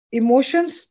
emotions